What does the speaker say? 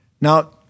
Now